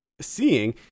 seeing